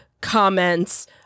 comments